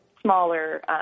smaller